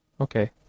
Okay